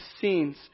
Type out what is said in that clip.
scenes